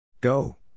Go